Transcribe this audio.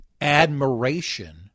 admiration